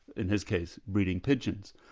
in his case, breeding pigeons.